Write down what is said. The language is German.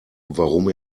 warum